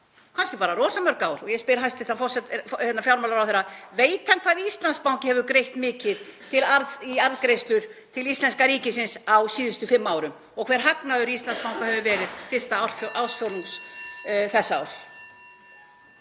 kannski bara rosa mörg ár? Ég spyr hæstv. fjármálaráðherra: Veit hann hvað Íslandsbanki hefur greitt mikið í arðgreiðslur til íslenska ríkisins á síðustu fimm árum og hver hagnaður Íslandsbanka hefur verið fyrsta ársfjórðung þessa árs?